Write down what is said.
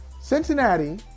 Cincinnati